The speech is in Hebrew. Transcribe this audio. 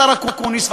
השר אקוניס,